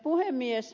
puhemies